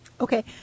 Okay